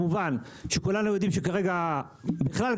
כמובן שכולנו יודעים כרגע ובכלל,